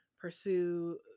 pursue